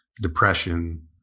depression